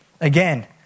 Again